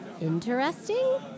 ...interesting